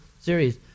series